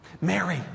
Mary